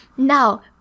Now